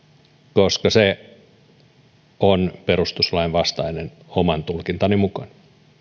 koska se on perustuslain vastainen oman tulkintani mukaan